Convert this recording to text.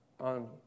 on